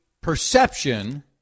perception